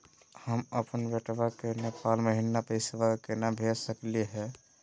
हम अपन बेटवा के नेपाल महिना पैसवा केना भेज सकली हे?